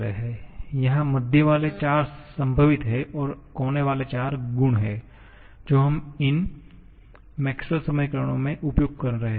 यहाँ मध्य वाले चार संभावित हैं और कोने वाले चार गुण हैं जो हम इन मैक्सवेल समीकरणों Maxwells equations में उपयोग कर रहे हैं